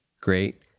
Great